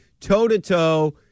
toe-to-toe